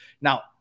Now